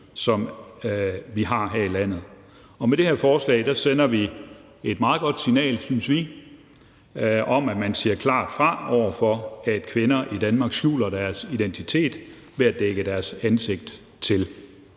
som vi har her i landet. Med det her forslag sender vi et meget godt signal, synes vi, om, at man klart siger fra over for, at kvinder i Danmark skjuler deres identitet ved at dække deres ansigt til.